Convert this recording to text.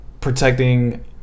protecting